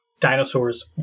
dinosaurs